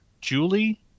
Julie